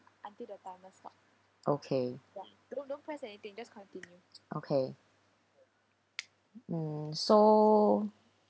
okay um so